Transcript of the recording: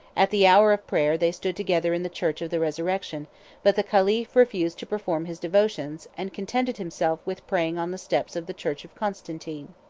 at the hour of prayer they stood together in the church of the resurrection but the caliph refused to perform his devotions, and contented himself with praying on the steps of the church of constantine.